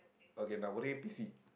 okay now